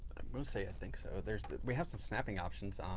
want to say i think so, there's we have some snapping options, um